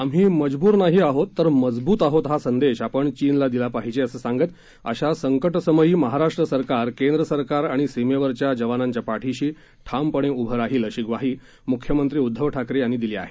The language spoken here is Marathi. आम्ही मजवूर नाही आहोत तर मजवूत आहोत हा संदेश आपण चीनला दिला पाहिजे असं सांगत अशा संकटसमयी महाराष्ट्र सरकार केंद्र सरकार आणि सीमेवरील जवानांच्या पाठीशी ठामपणे उभं राहील अशी ग्वाही मुख्यमंत्री उद्दव ठाकरे यांनी दिली आहे